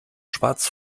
schwarz